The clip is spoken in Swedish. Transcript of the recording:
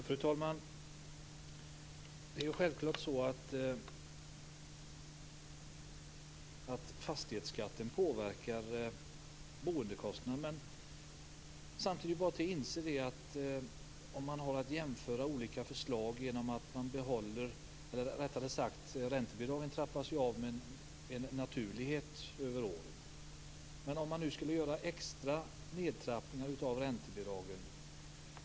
Fru talman! Fastighetsskatten påverkar självfallet boendekostnaden. Räntebidragen trappas ju av med naturlighet över åren.